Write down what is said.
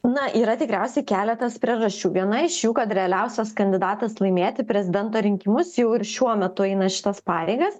na yra tikriausiai keletas priežasčių viena iš jų kad realiausias kandidatas laimėti prezidento rinkimus jau ir šiuo metu eina šitas pareigas